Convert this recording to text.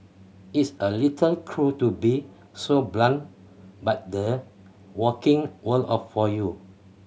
it's a little cruel to be so blunt but the working world up for you